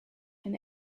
and